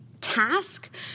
task